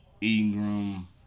Ingram